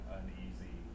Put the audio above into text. uneasy